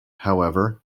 however